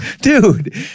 dude